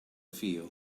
feel